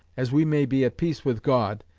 as we may be at peace with god,